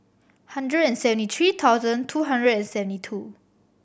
one hundred and seventy three thousand two hundred and seventy two